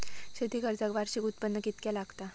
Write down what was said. शेती कर्जाक वार्षिक उत्पन्न कितक्या लागता?